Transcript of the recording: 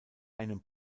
einem